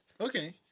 Okay